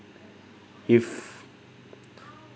if